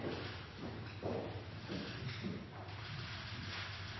ut